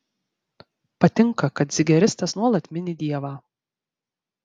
patinka kad zigeristas nuolat mini dievą